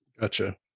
Gotcha